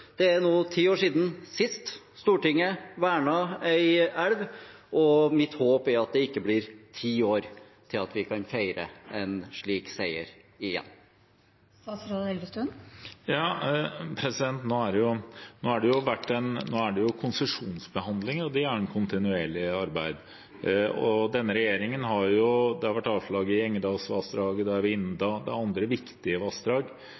Det er nå ti år siden sist Stortinget vernet ei elv, og mitt håp er at det ikke blir ti år til vi kan feire en slik seier igjen. Nå er det jo konsesjonsbehandlinger, og det er et kontinuerlig arbeid. Det har vært avslag i Gjengedalsvassdraget, det er Vinda, det er andre viktige vassdrag, men så er spørsmålet om det er flere elver som skal inn som vernede vassdrag. Det